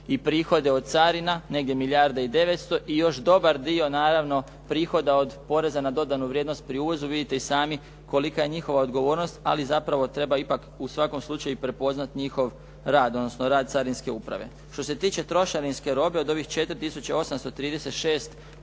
i prihode od carina, negdje milijarda i 900, i još dobar dio naravno prihoda od poreza na dodanu vrijednost pri uvozu, vidite i sami kolika je njihova odgovornost, ali zapravo treba ipak u svakom slučaju i prepoznati njihov rad, odnosno rad carinske uprave. Što se tiče trošarinske robe od ovih 4836 kontrola